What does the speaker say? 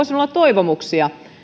sinulla toivomuksia